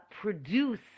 produce